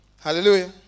Hallelujah